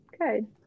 good